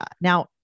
Now